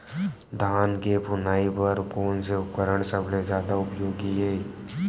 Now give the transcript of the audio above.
धान के फुनाई बर कोन से उपकरण सबले जादा उपयोगी हे?